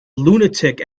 lunatic